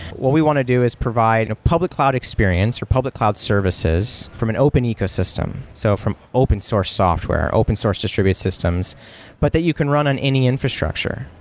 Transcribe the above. what we want to do is provide a public cloud experience or public cloud services from an open ecosystem. so from open source software, open source distributed systems but that you can run on any infrastructure.